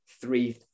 three